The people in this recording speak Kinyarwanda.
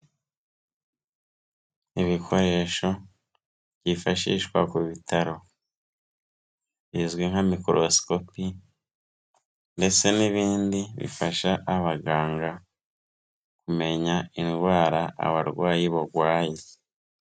Ibikoresho byifashishwa ku bitaro bizwi nka mikorosikopi ndetse n'ibindi bifasha abaganga kumenya indwara abarwayi barwaye.